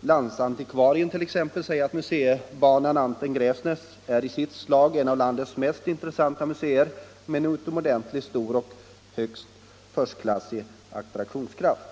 Landsantikvarien säger t.ex. att museibanan Anten-Gräfsnäs är i sitt slag ett av landets mest intressanta museer, med en utomordentligt stor och högst förstklassig attraktionskraft.